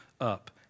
up